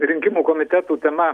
rinkimų komitetų tema